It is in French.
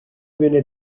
venait